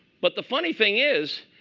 but the funny thing is,